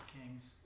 Kings